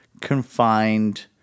confined